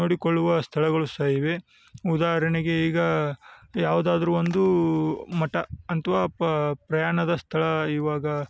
ನೋಡಿಕೊಳ್ಳುವ ಸ್ಥಳಗಳು ಸಹ ಇವೆ ಉದಾಹರಣೆಗೆ ಈಗ ಯಾವುದಾದ್ರು ಒಂದು ಮಠ ಅಥ್ವ ಪ್ರಯಾಣದ ಸ್ಥಳ ಇವಾಗ